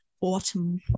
autumn